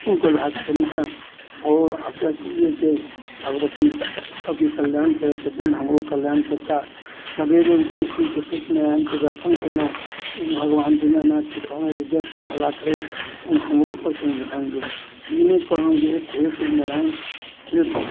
हुनकर बात केनहुँ आओर आशा ई अइ कि भगवती सभके कल्याण करै छथिन हमरो कल्याण करता सबेरे उठै छी तऽ सूर्य नारायणके दर्शन केनहुँ सूर्य भगवान दिनानाथके कहनहुँ जे जगके भला करैत कनि हमरोपर कनि ध्यान देबै ई नहि कहनहुँ जे हे सुर्य नारायण हे